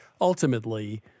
ultimately